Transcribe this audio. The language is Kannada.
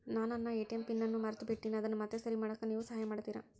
ನಾನು ನನ್ನ ಎ.ಟಿ.ಎಂ ಪಿನ್ ಅನ್ನು ಮರೆತುಬಿಟ್ಟೇನಿ ಅದನ್ನು ಮತ್ತೆ ಸರಿ ಮಾಡಾಕ ನೇವು ಸಹಾಯ ಮಾಡ್ತಿರಾ?